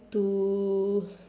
to